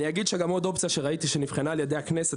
אני אגיד גם שעוד אופציה שראיתי שנבחנה על ידי הכנסת,